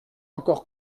encore